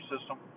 system